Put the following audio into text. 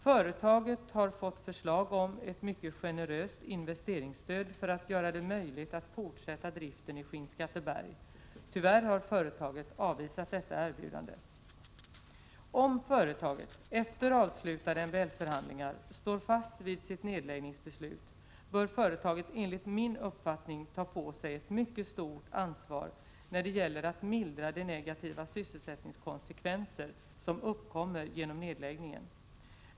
Företaget har fått förslag om ett mycket generöst investeringsstöd för att göra det möjligt att fortsätta driften i Skinnskatteberg. Tyvärr har företaget avvisat detta erbjudande. Om företaget efter avslutade MBL-förhandlingar står fast vid sitt nedläggningsbeslut, bör företaget enligt min uppfattning ta på sig ett mycket stort ansvar när det gäller att mildra de negativa sysselsättningskonsekvenser som uppkommer genom nedläggningen.